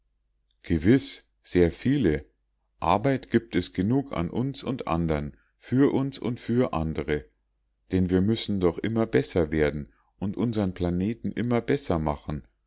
gewiß sehr viele arbeit gibt es genug an uns und andern für uns und für andere denn wir müssen doch immer besser werden und unsern planeten immer besser machen